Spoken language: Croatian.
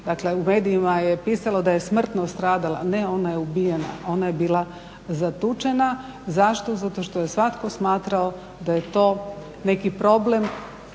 Dakle, u medijima je pisalo da je smrtno stradala. Ne, ona je ubijena. Ona je bila zatučena. Zašto? Zato što je svatko smatrao da je to neki problem